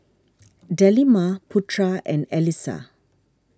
Delima Putra and Alyssa